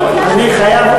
אני חייב,